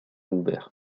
ouvert